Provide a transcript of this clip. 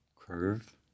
curve